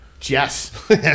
Yes